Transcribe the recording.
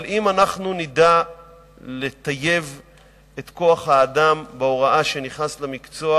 אבל אם אנחנו נדע לטייב את כוח-האדם בהוראה שנכנס למקצוע,